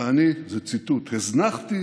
זה ציטוט, שאני הזנחתי